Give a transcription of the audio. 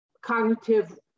cognitive